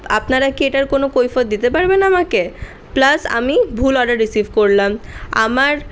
আপনারা কি এটার কোনো কৈফিয়ত দিতে পারবেন আমাকে প্লাস আমি ভুল অর্ডার রিসিভ করলাম আমার